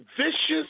Vicious